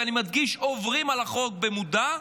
ואני מדגיש: עוברים על החוק במודע.